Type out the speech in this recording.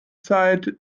zeit